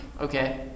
Okay